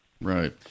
Right